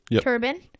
turban